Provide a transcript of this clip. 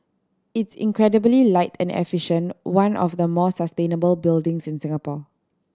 it's incredibly light and efficient one of the more sustainable buildings in the Singapore